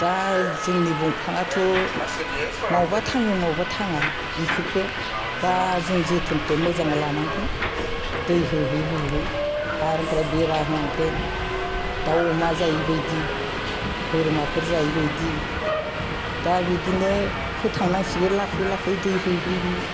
दा जोंनि दंफांआथ' बबेबा थाङो बबेबा थाङा बिफोरखौ दा जों जोथोनखौ मोजाङै लानांगोन दै होयै होयै आरो ओमफ्राय बेरा होनांगोन दाउ अमा जायै बायदि बोरमाफोर जायै बायदि दा बिदिनो फोथांनांसिगोन लासै लासै दै होयै होयै